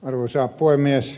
arvoisa puhemies